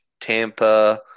Tampa